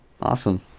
awesome